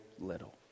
little